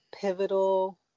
pivotal